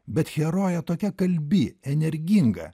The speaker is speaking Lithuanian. bet herojė tokia kalbi energinga